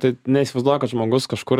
tai neįsivaizduoju kad žmogus kažkur